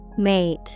Mate